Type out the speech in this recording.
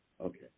Okay